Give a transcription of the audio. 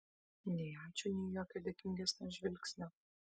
nei ačiū nei jokio dėkingesnio žvilgsnio